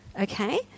okay